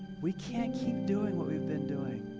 we can't keep doing what we've been doing.